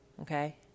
Okay